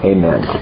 Amen